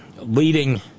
leading